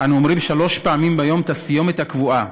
אנו אומרים שלוש פעמים ביום את הסיומת הקבועה: